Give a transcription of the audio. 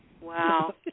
Wow